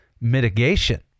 mitigation